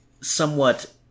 Somewhat